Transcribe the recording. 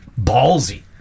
ballsy